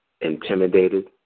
intimidated